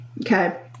okay